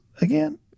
again